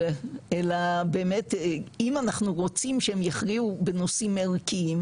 אלא באמת אם אנחנו רוצים שהם יכריעו בנושאים ערכיים,